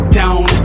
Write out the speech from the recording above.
down